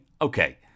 Okay